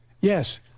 Yes